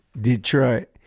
Detroit